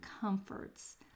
comforts